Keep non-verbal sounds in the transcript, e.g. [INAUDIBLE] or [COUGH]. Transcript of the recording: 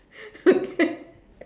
[LAUGHS] okay